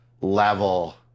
level